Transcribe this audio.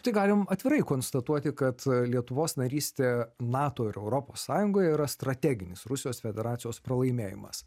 tai galim atvirai konstatuoti kad lietuvos narystė nato ir europos sąjungoj yra strateginis rusijos federacijos pralaimėjimas